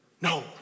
No